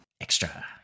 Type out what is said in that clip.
Extra